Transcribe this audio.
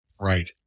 Right